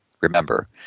remember